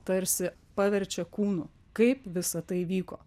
tarsi paverčia kūnu kaip visa tai vyko